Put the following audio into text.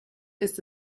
ist